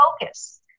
focus